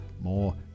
more